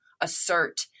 assert